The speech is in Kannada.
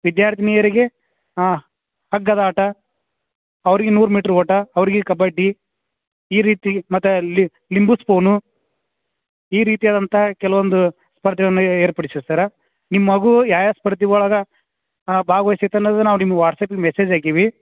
ವಿದ್ಯಾರ್ಥಿನಿಯರಿಗೆ ಹಗ್ಗದ ಆಟ ಅವರಿಗೆ ನೂರು ಮೀಟ್ರ್ ಓಟ ಅವರಿಗೆ ಕಬಡ್ಡಿ ಈ ರೀತಿ ಮತ್ತ ಲಿಂಬೆ ಸ್ಪೂನು ಈ ರೀತಿಯಾದಂಥ ಕೆಲವೊಂದು ಸ್ಪರ್ಧೆಯನ್ನು ಏರ್ಪಡಿಸಿವಿ ಸರ್ ನಿಮ್ಮ ಮಗು ಯಾವ ಯಾವ ಸ್ಪರ್ಧೆ ಒಳ್ಗೆ ಭಾಗವಹಿಸಿತು ಅನ್ನೋದ್ ನಾವು ನಿಮ್ಗೆ ವಾಟ್ಸಪಿಗೆ ಮೆಸೇಜ್ ಹಾಕೀವಿ